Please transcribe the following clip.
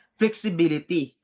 flexibility